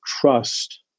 trust